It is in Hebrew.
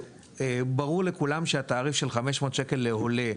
שברור לכולם שהתעריף של 500 שקל לעולה,